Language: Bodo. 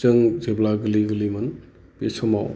जों जेब्ला गोरलै गोरलैमोन बे समाव